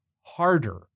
harder